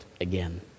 again